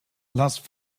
last